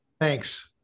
Thanks